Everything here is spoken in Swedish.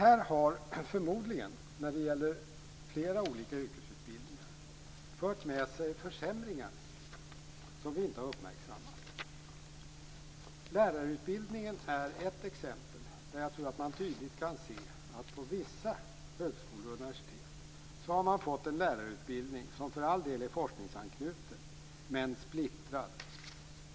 Detta har förmodligen fört med sig försämringar för flera olika yrkesutbildningar som vi inte har uppmärksammat. Lärarutbildningen är ett exempel där jag tror att man tydligt kan se att på vissa högskolor och universitet har man fått en lärarutbildning som för all del är forskningsanknuten, men splittrad.